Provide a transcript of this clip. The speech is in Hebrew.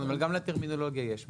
גם לטרמינולוגיה יש משקל.